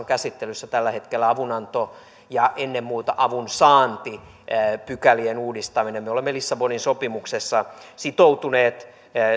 käsittelyssä tällä hetkellä avunanto ja ennen muuta avunsaantipykälien uudistaminen me olemme lissabonin sopimuksessa sitoutuneet